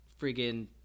friggin